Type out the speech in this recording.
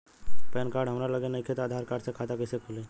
Pan card हमरा लगे नईखे त आधार कार्ड से खाता कैसे खुली?